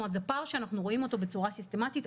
זה פער שאנחנו רואים אותו בצורה סיסטמתית.